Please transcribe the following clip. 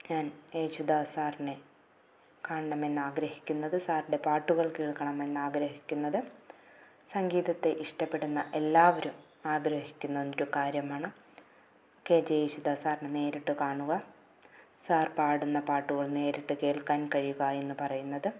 ഞാൻ യേശുദാസ് സാറിനെ കാണണമെന്ന് ആഗ്രഹിക്കുന്നത് സാറിൻ്റെ പാട്ടുകൾ കേൾക്കണമെന്ന് ആഗ്രഹിക്കുന്നത് സംഗീതത്തെ ഇഷ്ടപ്പെടുന്ന എല്ലാവരും ആഗ്രഹിക്കുന്നൊരു കാര്യമാണ് കെ ജെ യേശുദാസ് സാറിനെ നേരിട്ടു കാണുക സാർ പാടുന്ന പാട്ടുകൾ നേരിട്ട് കേൾക്കാൻ കഴിയുക എന്നുപറയുന്നത്